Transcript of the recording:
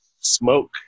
smoke